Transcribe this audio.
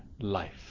life